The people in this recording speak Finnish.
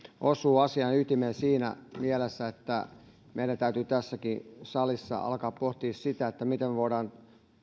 osuu asian ytimeen siinä mielessä että meidän täytyy tässäkin salissa alkaa pohtimaan sitä miten me voimme